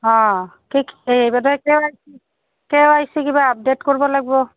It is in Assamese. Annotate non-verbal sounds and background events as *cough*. অঁ কি *unintelligible* কে Y C K Y C কিবা আপডেট কৰিব লাগিব